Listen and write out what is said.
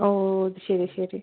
ഓ ശരി ശരി